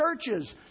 churches